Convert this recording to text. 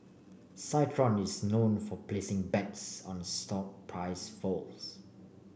citron is known for placing bets on stock price falls